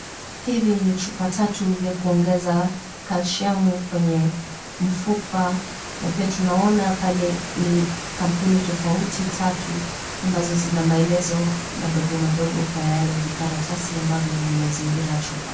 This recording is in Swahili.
Hivi ni chupa tatu vya kuongeza kalsiamu kwenye mfupa na pia tunaona pale ni kampuni tofauti tatu ambazo zina maelezo madogo madogo kwa yale vikaratasi ambavyo vimezingira chupa.